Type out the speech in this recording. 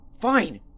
Fine